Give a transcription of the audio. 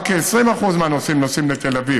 רק 20% מהנוסעים נוסעים לתל אביב,